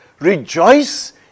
Rejoice